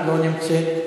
לא נמצא,